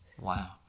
Wow